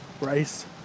rice